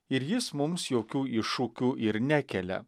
ir jis mums jokių iššūkių ir nekelia